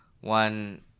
One